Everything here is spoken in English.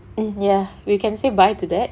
ya we can say bye to that